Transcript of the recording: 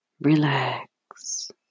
relax